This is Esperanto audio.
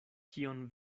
kion